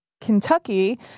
Kentucky